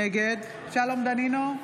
נגד שלום דנינו,